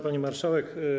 Pani Marszałek!